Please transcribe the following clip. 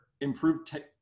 improved